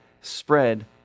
spread